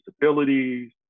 disabilities